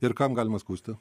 ir kam galima skųsti